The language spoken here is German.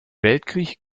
weltkrieg